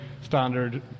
standard